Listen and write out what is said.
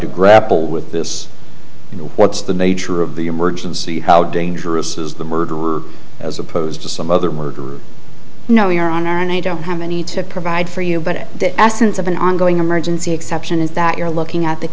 to grapple with this you know what's the nature of the emergency how dangerous is the murder as opposed to some other murder no your honor and i don't have any to provide for you but it that essence of an ongoing emergency exception is that you're looking at the